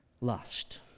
lust